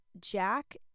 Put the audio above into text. jack